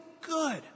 good